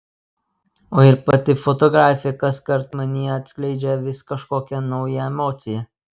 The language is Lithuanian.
o ir pati fotografė kaskart manyje atskleidžia vis kažkokią naują emociją